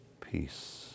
peace